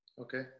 Okay